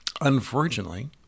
unfortunately